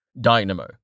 Dynamo